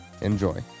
enjoy